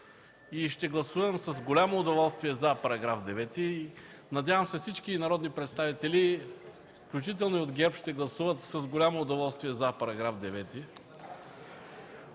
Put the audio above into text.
9. Ще гласувам с голямо удоволствие „за” § 9. Надявам се всички народни представители, включително и от ГЕРБ, да гласуват с голямо удоволствие „за” § 9.